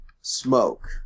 smoke